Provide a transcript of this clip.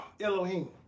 Elohim